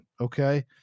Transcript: okay